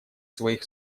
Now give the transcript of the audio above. своих